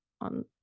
on